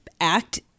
act